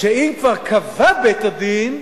שאם כבר קבע בית-הדין,